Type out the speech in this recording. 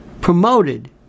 promoted